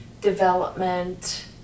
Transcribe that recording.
development